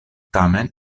tamen